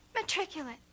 matriculate